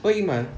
oh ikmal